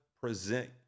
present